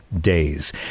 days